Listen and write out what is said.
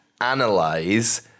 analyze